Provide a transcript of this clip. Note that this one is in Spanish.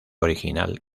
original